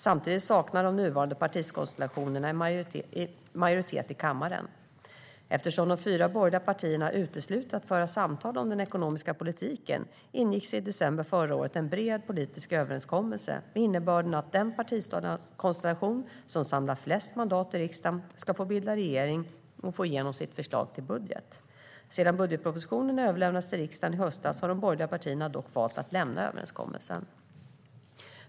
Samtidigt saknar de nuvarande partikonstellationerna majoritet i kammaren. Eftersom de fyra borgerliga partierna har uteslutit att föra samtal om den ekonomiska politiken ingicks i december förra året en bred politisk överenskommelse med innebörden att den partikonstellation som samlar flest mandat i riksdagen ska få bilda regering och få igenom sitt förslag till budget. Sedan budgetpropositionen överlämnades till riksdagen i höstas har de borgerliga partierna dock valt att lämna överenskommelsen.